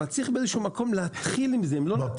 אבל צריך באיזה שהוא מקום להתחיל עם זה בפיקים.